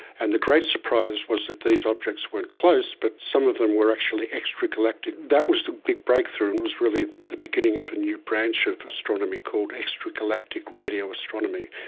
and the great surprise was that these objects weren't close, but some of them were actually extragalactic. that was the big breakthrough and it was really the beginning of a new branch of astronomy called extragalactic radio astronomy.